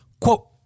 Quote